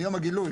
מיום הגילוי,